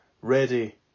ready